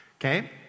Okay